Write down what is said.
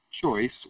choice